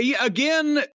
again